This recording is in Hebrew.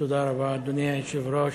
אדוני היושב-ראש,